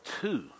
two